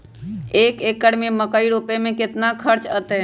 एक एकर में मकई रोपे में कितना खर्च अतै?